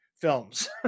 films